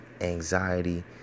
anxiety